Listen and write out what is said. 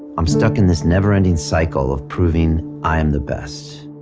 i'm stuck in this never-ending cycle of proving i am the best.